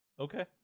Okay